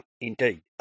indeed